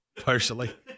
partially